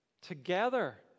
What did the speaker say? Together